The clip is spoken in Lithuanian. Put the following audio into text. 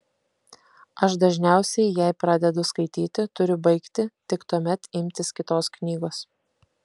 aš dažniausiai jei pradedu skaityti turiu baigti tik tuomet imtis kitos knygos